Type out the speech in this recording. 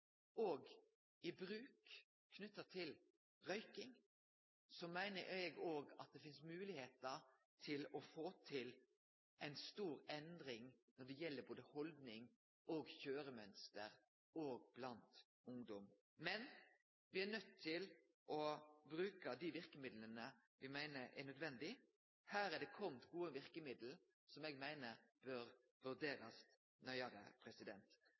og i bruk knytt til røyking, meiner eg òg at det finst moglegheiter for å få til ei stor endring når det gjeld både haldning og kjøremønster blant ungdom. Men me er nøydde til å bruke dei verkemidla me meiner er nødvendige. Her har det kome gode verkemiddel som eg meiner bør vurderast nøyare.